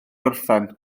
gorffen